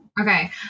Okay